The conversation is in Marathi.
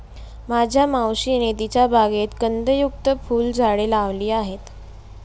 माझ्या मावशीने तिच्या बागेत कंदयुक्त फुलझाडे लावली आहेत